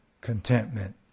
contentment